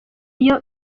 iyo